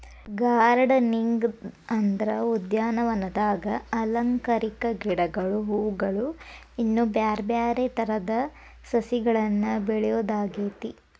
gardening ಅಂದ್ರ ಉದ್ಯಾನವನದಾಗ ಅಲಂಕಾರಿಕ ಗಿಡಗಳು, ಹೂವುಗಳು, ಇನ್ನು ಬ್ಯಾರ್ಬ್ಯಾರೇ ತರದ ಸಸಿಗಳನ್ನ ಬೆಳಿಯೋದಾಗೇತಿ